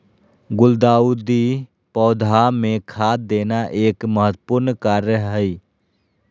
गुलदाऊदी पौधा मे खाद देना एक महत्वपूर्ण कार्य हई